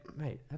mate